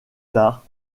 tard